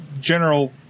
general